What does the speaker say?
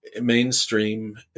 mainstream